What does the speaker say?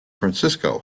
francisco